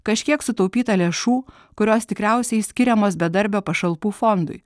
kažkiek sutaupyta lėšų kurios tikriausiai skiriamos bedarbio pašalpų fondui